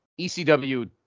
ECW